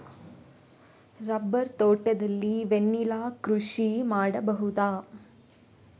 Rubber ತೋಟದಲ್ಲಿ vanilla ಕೃಷಿ ಮಾಡಬಹುದಾ?